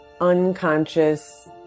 unconscious